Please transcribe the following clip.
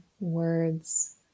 words